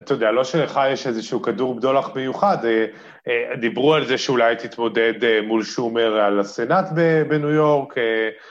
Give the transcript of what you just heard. אתה יודע, לא שלך יש איזשהו כדור בדולח מיוחד, דיברו על זה שאולי תתמודד מול שומר על הסנאט בניו יורק.